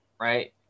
right